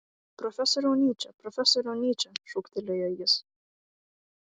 profesoriau nyče profesoriau nyče šūktelėjo jis